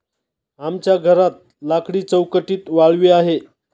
आमच्या घरात लाकडी चौकटीत वाळवी आहे